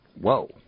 Whoa